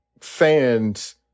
fans